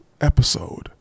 episode